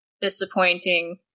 disappointing